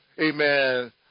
amen